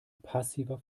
passiver